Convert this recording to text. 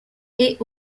est